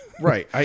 Right